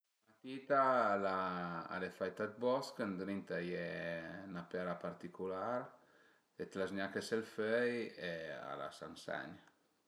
La matita al e faita 'd bosch, ëndrinta a ie 'na pèra particular e t'la z-gnache s'ël föi e a lasa ën sègn